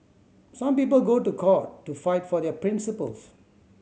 some people go to court to fight for their principles